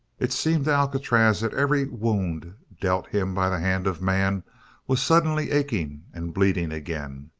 it seemed to alcatraz that every wound dealt him by the hand of man was suddenly aching and bleeding again,